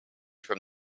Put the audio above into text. from